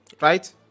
right